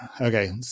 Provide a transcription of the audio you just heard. okay